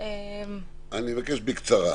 אני מבקש בקצרה.